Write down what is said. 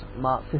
Mark